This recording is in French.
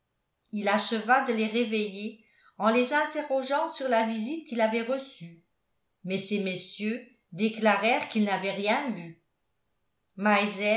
il acheva de les réveiller en les interrogeant sur la visite qu'il avait reçue mais ces messieurs déclarèrent qu'ils n'avaient rien vu